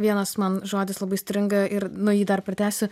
vienas man žodis labai stringa ir nu jį dar pratęsiu